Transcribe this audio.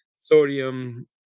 sodium